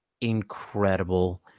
incredible